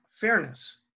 fairness